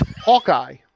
Hawkeye